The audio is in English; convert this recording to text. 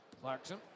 Clarkson